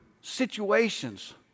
situations